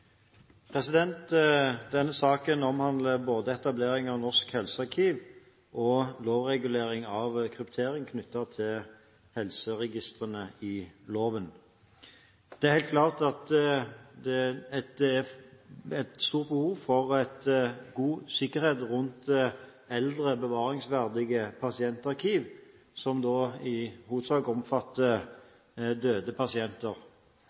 helsearkiv. Denne saken omhandler både etablering av Norsk helsearkiv og lovregulering av kryptering knyttet til helseregistrene i loven. Det er helt klart at det er et stort behov for god sikkerhet rundt eldre, bevaringsverdige pasientarkiv, som i hovedsak omfatter døde pasienter.